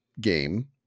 game